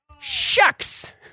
shucks